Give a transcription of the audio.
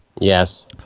Yes